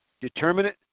determinate